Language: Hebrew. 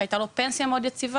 שהיתה לו פנסיה מאוד יציבה,